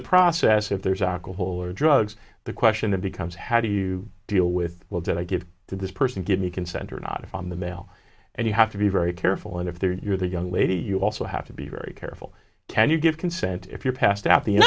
the process if there's alcohol or drugs the question of becomes how do you deal with well did i give to this person give me consent or not if i'm the male and you have to be very careful and if they're you're the young lady you also have to be very careful can you give consent if you're passed out the you